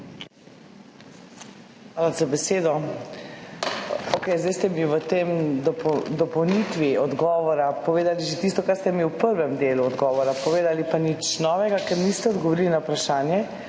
Hvala za besedo. Okej, zdaj ste mi v tej dopolnitvi odgovora povedali že tisto, kar ste mi v prvem delu odgovora povedali, pa nič novega, ker niste odgovorili na vprašanji,